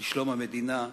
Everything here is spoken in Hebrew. לשלום המדינה,